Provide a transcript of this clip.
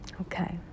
Okay